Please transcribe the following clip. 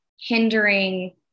hindering